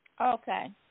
Okay